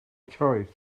choice